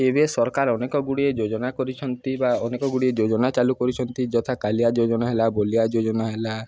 ଏବେ ସରକାର ଅନେକଗୁଡ଼ିଏ ଯୋଜନା କରିଛନ୍ତି ବା ଅନେକଗୁଡ଼ିଏ ଯୋଜନା ଚାଲୁ କରିଛନ୍ତି ଯଥା କାଲିଆ ଯୋଜନା ହେଲା ବ ବଲିଆ ଯୋଜନା ହେଲା